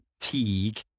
fatigue